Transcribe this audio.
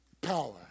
power